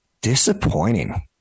Disappointing